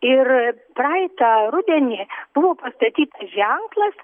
ir praeitą rudenį buvo pastatytas ženklas